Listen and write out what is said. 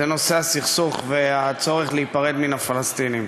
זה הסכסוך והצורך להיפרד מן הפלסטינים.